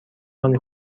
مال